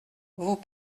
vous